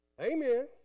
Amen